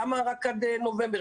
למה רק עד נובמבר?